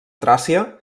tràcia